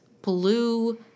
blue